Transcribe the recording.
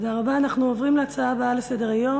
אנחנו עוברים להצעה הבאה לסדר-היום.